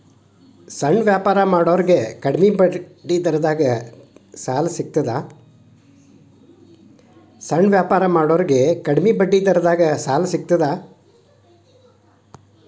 ಸಣ್ಣ ವ್ಯಾಪಾರ ಮಾಡೋರಿಗೆ ಕಡಿಮಿ ಬಡ್ಡಿ ದರದಾಗ್ ಸಾಲಾ ಸಿಗ್ತದಾ?